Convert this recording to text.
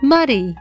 Muddy